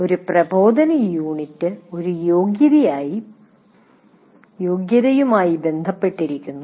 ഒരു പ്രബോധന യൂണിറ്റ് ഒരു യോഗ്യതയുമായി ബന്ധപ്പെട്ടിരിക്കുന്നു